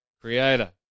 Creator